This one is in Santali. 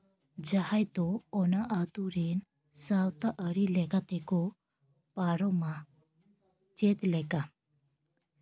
ᱡᱟᱦᱟᱸᱭ ᱫᱚ ᱚᱱᱟ ᱟᱛᱳ ᱨᱮᱱ ᱥᱟᱶᱛᱟ ᱟᱹᱨᱤ ᱞᱮᱠᱟ ᱛᱮᱠᱚ ᱯᱟᱨᱚᱢᱟ ᱪᱮᱫ ᱞᱮᱠᱟ